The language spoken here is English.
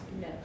No